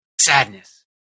Sadness